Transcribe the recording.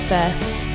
First